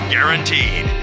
Guaranteed